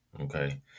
Okay